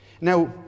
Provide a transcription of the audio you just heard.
Now